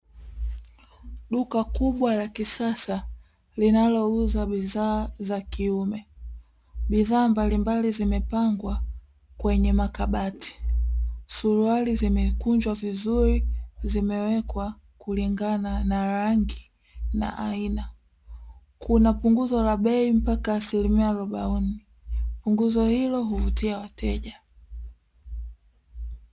Duka kubwa la kisasa linalouza bidhaa za kiume, bidhaa mbalimbali zimepangwa kwenye makabati, suruali zimekunjwa vizuri zimewekwa kulingana na rangi na aina, kuna punguzo la bei mpaka asilimia arobaini, punguzo hilo huvutia wateja.